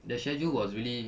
the schedule was really